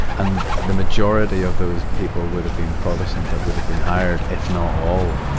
and, the majority of those people would have been protestant that would have been hired, if not all.